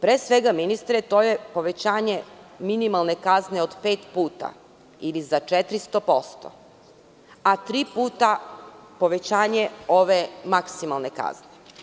Pre svega ministre, to je povećanje minimalne kazne od pet puta, ili za 400%, a tri puta povećanje ove maksimalne kazne.